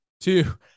two